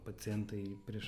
pacientą į prieš